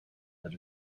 that